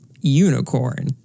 unicorn